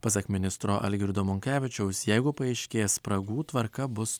pasak ministro algirdo monkevičiaus jeigu paaiškės spragų tvarka bus